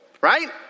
right